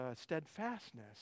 steadfastness